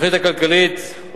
התוכנית הכלכלית של הממשלה,